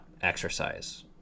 Exercise